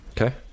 Okay